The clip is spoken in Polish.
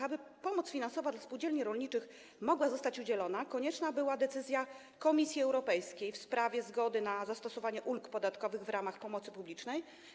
Aby pomoc finansowa dla spółdzielni rolniczych mogła zostać udzielona, konieczna była decyzja Komisji Europejskiej w sprawie zgody na zastosowanie ulg podatkowych w ramach pomocy publicznej.